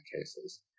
cases